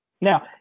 Now